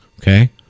Okay